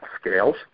scales